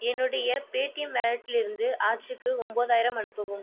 என்னுடைய பேடீஎம் வாலெட்டிலிருந்து ஆச்சிக்கு ஒன்பதாயிரம் அனுப்பவும்